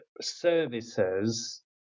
Services